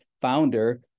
founder